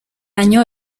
año